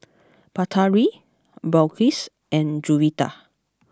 Batari Balqis and Juwita